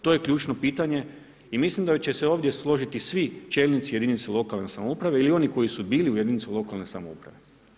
To je ključno pitanje i mislim da će se ovdje složiti svi čelnici jedinica lokalne samouprave ili oni koji su bili u jedinici lokalne samouprave.